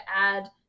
add